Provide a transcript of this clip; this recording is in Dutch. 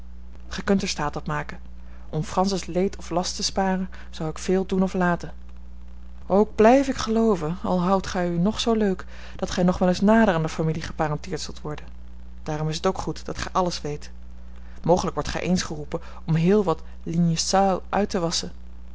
gij kunt er staat op maken om francis leed of last te sparen zou ik veel doen of laten ook blijf ik gelooven al houdt gij u nog zoo leuk dat gij nog wel eens nader aan de familie geparenteerd zult worden daarom is het ook goed dat gij alles weet mogelijk wordt gij eens geroepen om heel wat linge sale uit te wasschen